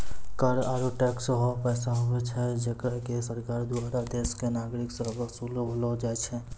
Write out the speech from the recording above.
कर आरू टैक्स हौ पैसा हुवै छै जेकरा की सरकार दुआरा देस रो नागरिक सं बसूल लो जाय छै